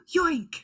Yoink